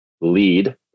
lead